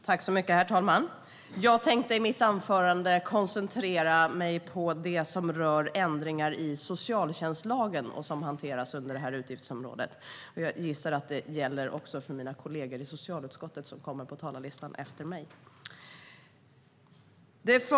Herr talman! Jag tänkte i mitt anförande koncentrera mig på det som rör ändringar i socialtjänstlagen och som hanteras under det här utgiftsområdet. Jag antar att det gäller också för mina kollegor i socialutskottet som är uppsatta på talarlistan efter mig.